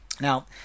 Now